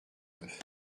neuf